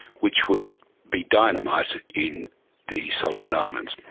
which would be dynamite in the solomon islands.